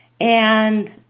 and